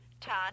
Todd